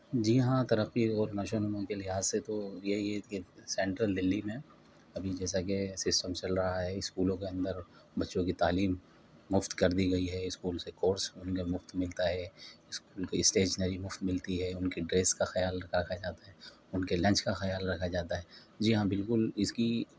جی ہاں ترقی اور نشو و نما کے لحاظ سے تو یہی ہے کہ سینٹرل دلی میں ابھی جیسا کہ سسٹم چل رہا ہے اسکولوں کے اندر بچوں کی تعلیم مفت کر دی گئی ہے اسکول سے کورس ان کو مفت ملتا ہے اسکول کو اسٹیشنری مفت ملتی ہے ان کی ڈریس کا خیال رکھا جاتا ہے ان کے لنچ کا خیال رکھا جاتا ہے جی ہاں بالکل اس کی